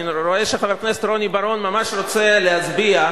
אני רואה שחבר הכנסת רוני בר-און ממש רוצה להצביע,